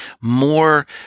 more